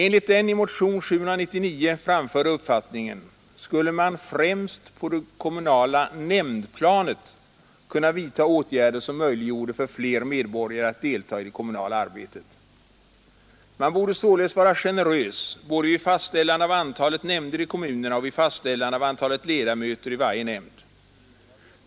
Enligt den i motionen 799 framförda uppfattningen skulle man främst på nämndplanet kunna vidta åtgärder som möjliggjorde för fler medborgare att delta i det kommunala arbetet. Man borde således vara generös både vid fastställande av antalet nämnder i kommunerna och vid fastställande av antalet ledamöter i varje nämnd.